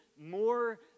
more